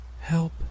Help